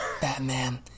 Batman